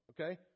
okay